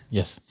Yes